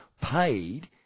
paid